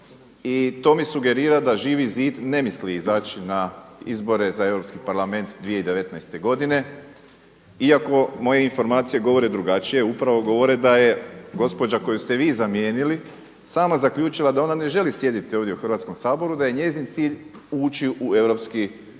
i to mi sugerira da Živi zid ne misli izaći na izbore za Europski Parlament 2019. godine iako moje informacije govore drugačije. Upravo govore da je gospođa koju ste vi zamijenili sama zaključila da ona ne želi sjediti u Hrvatskom saboru, da je njezin cilj ući u Europski Parlament